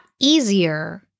easier